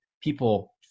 people